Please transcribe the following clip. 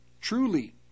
truly